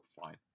fine